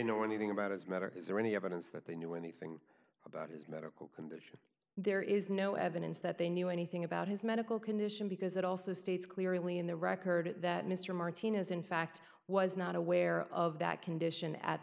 know anything about his matter is there any evidence that they knew anything about his medical condition there is no evidence that they knew anything about his medical condition because it also states clearly in the record that mr martinez in fact was not aware of that condition at